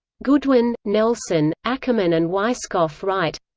goodwin, nelson, ackerman and weisskopf write